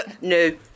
No